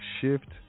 shift